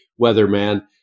weatherman